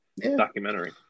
documentary